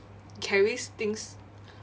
carris thinks